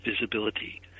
visibility